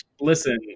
Listen